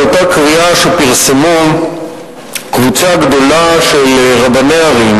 לאותה קריאה שפרסמה קבוצה גדולה של רבני ערים,